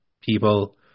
people